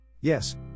Yes